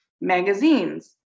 magazines